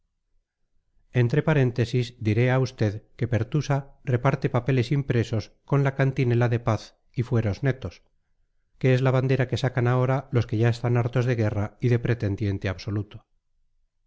entre paréntesis diré a usted que pertusa reparte papeles impresos con la cantinela de paz y fueros netos que es la bandera que sacan ahora los que ya están hartos de guerra y de pretendiente absoluto